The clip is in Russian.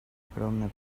огромные